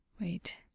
wait